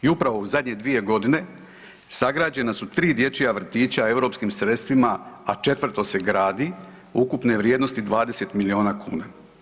I upravo u zadnje 2 godine sagrađena su 3 dječja vrtića europskim sredstvima, a četvrto se gradi ukupne vrijednosti 20 milino kuna.